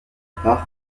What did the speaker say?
part